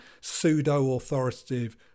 pseudo-authoritative